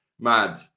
mad